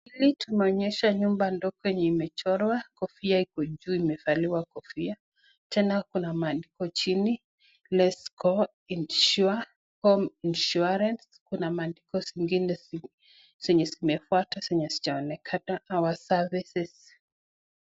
Hili tumeonyeshwa nyumba ndogo yenye imechorwa kofia iko juu imevaliwa kofia. Tena kuna maandiko chini: LetsGo Insure, Home Insurance. Kuna maandiko zingine zenye zimefuata zenye hazijaonekana, our services .